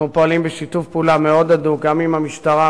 אנחנו פועלים בשיתוף פעולה מאוד הדוק גם עם המשטרה,